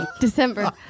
December